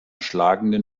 schlagenden